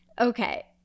okay